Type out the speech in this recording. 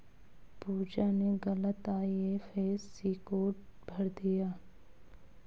पूजा ने गलत IFSC code भर दिया